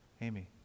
Amy